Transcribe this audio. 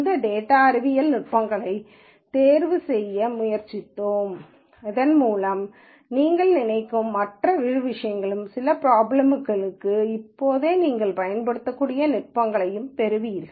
இந்த டேட்டா அறிவியல் நுட்பங்களைத் தேர்வுசெய்ய முயற்சித்தோம் இதன்மூலம் நீங்கள் நினைக்கும் மற்றொரு விஷயங்களின் சில பிராப்ளம்களுக்கு இப்போதே நீங்கள் பயன்படுத்தக்கூடிய நுட்பங்களையும் பெறுவீர்கள்